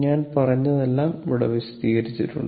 ഞാൻ പറഞ്ഞതെല്ലാം ഇവിടെ വിശദീകരിച്ചിരിക്കുന്നു